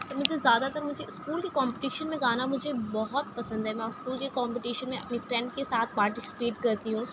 اور مجھے زیادہ تر مجھے اسکول کے کومپٹیشن میں گانا مجھے بہت پسند ہے میں اسکول کے کومپٹیشن میں اپنی فرینڈ کے ساتھ پارٹسپیٹ کرتی ہوں